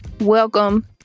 Welcome